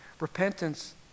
Repentance